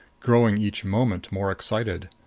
growing each moment more excited.